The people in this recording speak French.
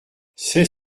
c’est